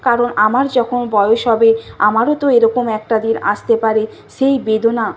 কারণ আমার যখন বয়স হবে আমারও তো এরকম একটা দিন আসতে পারে সেই বেদনা